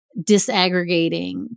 disaggregating